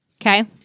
Okay